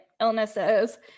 illnesses